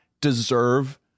deserve